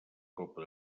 copa